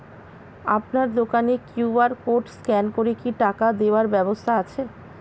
আপনার দোকানে QR code scan করে কি টাকা দেওয়ার ব্যবস্থা আছে?